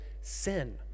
sin